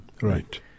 Right